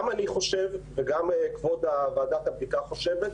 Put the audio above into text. וגם ועדת הבדיקה חושבת,